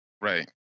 Right